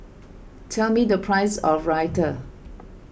tell me the price of Raita